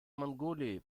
монголии